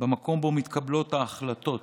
במקום שבו מתקבלות ההחלטות